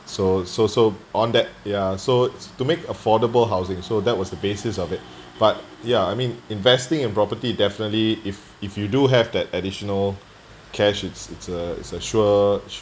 so so so on that ya so it's to make affordable housing so that was the basis of it but ya I mean investing in property definitely if if you do have that additional cash it's it's uh it's a sure